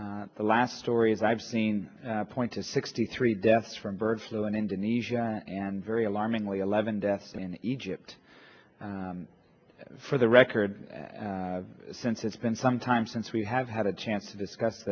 u the last stories i've seen point to sixty three deaths from bird flu in indonesia and very alarmingly eleven deaths in egypt for the record since it's been some time since we have had a chance to discuss